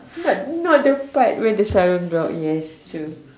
not not not the part where the sarong drop yes true